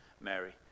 Mary